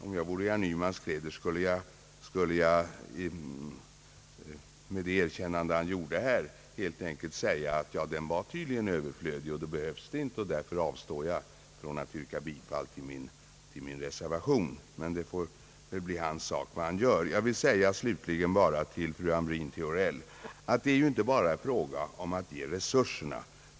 Om jag vore i herr Nymans kläder skulle jag helt enkelt säga, med det erkännande han här gjorde, att det kravet tydligen var överflödigt och inte behövdes, och jag skulle därför avstå från att yrka bifall till reservationen. Men det får bli hans sak vad han gör. Jag vill slutligen endast säga till fru Hamrin-Thorell att det inte är fråga om att bara ge resurser.